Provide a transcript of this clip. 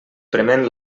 prement